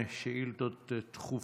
שעה 11:00 תוכן העניינים שאילתות דחופות